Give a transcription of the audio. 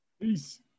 peace